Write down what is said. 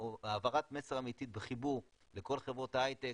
או העברת מסר אמיתי בחיבור לכל חברות ההייטק